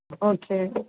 okay